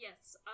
yes